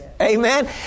Amen